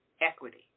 equity